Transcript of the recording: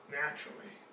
naturally